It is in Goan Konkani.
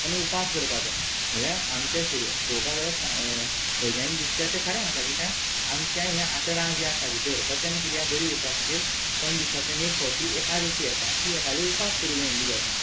तेन्ना उपास करपा जाय म्हळ्ळ्या आमच्या शरि पोळोवपा गेल्या सा वैद्यान दृश्ट्या तें खरें आसा कित्या आमच्या ह्या आतडां जीं आसा भितर पचन क्रिया बरी उरपा खातीर पन दिसातल्यान एक फावटी एकादशी येता ती एकादशी उपास करूं जाय हिंदू धर्मान